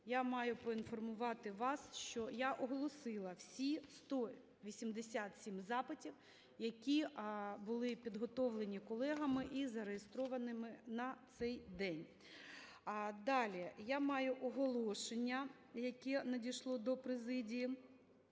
я маю поінформувати вас, що я оголосила всі 187 запитів, які були підготовлені колегами і зареєстровані на цей день. Далі, я маю оголошення, яке надійшло до президії.